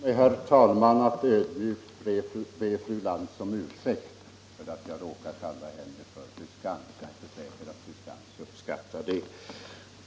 Herr talman! Tillåt mig att ödmjukt be fru Lantz om ursäkt för att jag råkade kalla henne fru Skantz. Jag är inte säker på att fru Skantz uppskattar det.